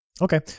Okay